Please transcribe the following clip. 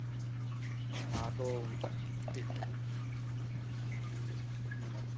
हाँ तो ठीक है ठीक है नमस्ते